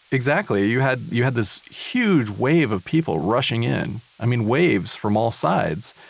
exactly! you had you had this huge wave of people rushing in. i mean waves from all sides,